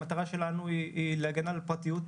המטרה שלנו היא להגן על הפרטיות,